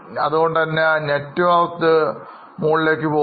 Networth ന്യായമായും ഉയർന്നതാണ്